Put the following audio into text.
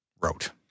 wrote